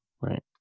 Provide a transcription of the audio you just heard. right